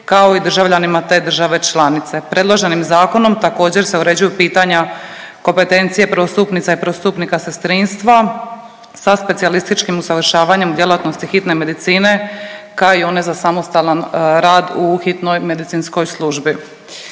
kao i državljanima te države članice. Predloženim zakonom također se uređuju pitanja kompetencije prvostupnica i prvostupnika sestrinstva sa specijalističkim usavršavanjem djelatnosti hitne medicine kao i one za samostalan rad u hitnoj medicinskoj službi.